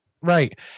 right